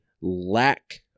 lack